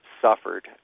suffered